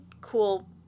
cool